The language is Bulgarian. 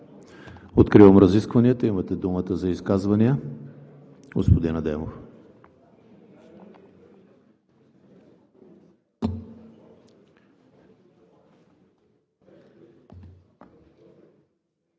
Откривам разискванията. Имате думата за изказвания. Господин Адемов.